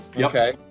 Okay